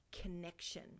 connection